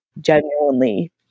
genuinely